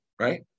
right